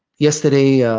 yesterday,